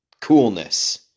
coolness